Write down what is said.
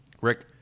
Rick